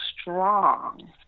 strong